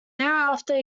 thereafter